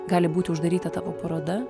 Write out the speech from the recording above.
gali būti uždaryta tavo paroda